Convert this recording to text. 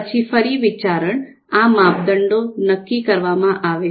પછી ફરી વિચારણા ના માપદંડો નક્કી કરવામાં આવે છે